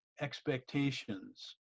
expectations